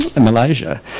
Malaysia